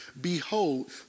behold